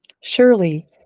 surely